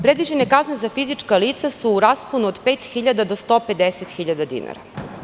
Predviđene kazne za fizička lica su u rasponu od pet hiljada do 150 hiljada dinara.